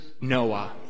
Noah